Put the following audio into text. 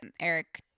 Eric